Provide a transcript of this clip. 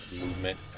movement